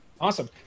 Awesome